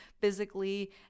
physically